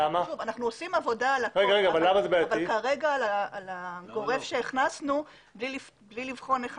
אנחנו עושים עבודה אבל כרגע על הגורף שהכנסנו בלי לבחון.